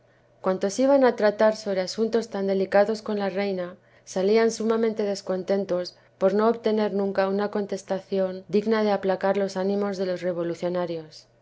valladolid cuantos iban á tratar sobre asuntos tan delicados con la reina salian sumamente descontentos por no obtener nunca una contestacion digna de aplacar los ánimos de los revolucionarios